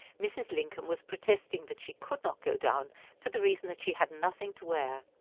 mrs. lincoln was protesting that she could not go down, for the reason that she had nothing to wear.